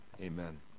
Amen